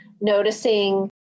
noticing